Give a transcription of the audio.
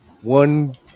one